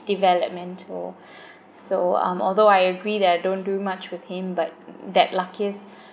developmental so um although I agree that don't do much with him but that luckiest